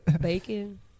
Bacon